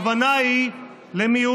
הכוונה היא למיעוט,